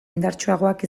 indartsuagoak